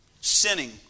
Sinning